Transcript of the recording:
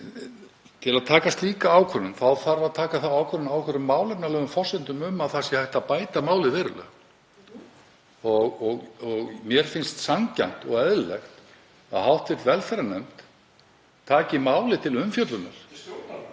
Til að taka slíka ákvörðun þarf að taka þá ákvörðun á einhverjum málefnalegum forsendum um að það sé hægt að bæta málið verulega og mér finnst sanngjarnt og eðlilegt að hv. velferðarnefnd taki málið til umfjöllunar. (Gripið